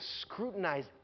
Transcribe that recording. scrutinize